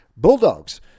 Bulldogs